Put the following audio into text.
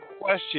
question